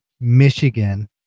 Michigan